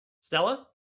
stella